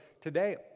today